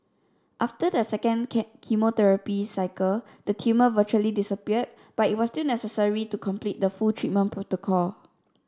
after the second chemotherapy cycle the tumour virtually disappeared but it was still necessary to complete the full treatment protocol